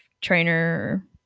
trainer